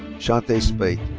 shante speight.